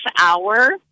hour